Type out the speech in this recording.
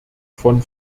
von